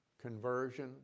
conversion